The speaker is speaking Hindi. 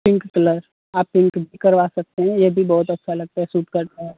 पिंक कलर आप पिंक भी करवा सकते हैं यह भी बहुत अच्छा लगता है सूट करता है